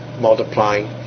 multiplying